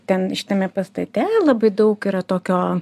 ten šitame pastate labai daug yra tokio